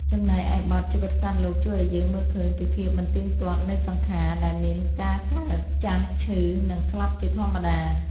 ចំណែកឯបទ ជីវិតសត្វលោក ជួយឱ្យយើងមើលឃើញពីភាពមិនទៀងទាត់នៃសង្ខារ ដែលមានការកើត ចាស់ ឈឺ និងស្លាប់ជាធម្មតា។